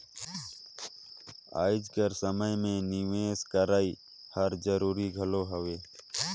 आएज कर समे में निवेस करई हर जरूरी घलो हवे